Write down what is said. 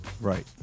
Right